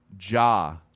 Ja